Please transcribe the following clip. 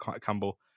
Campbell